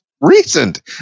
recent